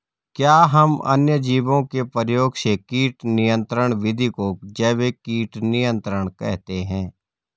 क्या हम अन्य जीवों के प्रयोग से कीट नियंत्रिण विधि को जैविक कीट नियंत्रण कहते हैं?